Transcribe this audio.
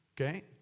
Okay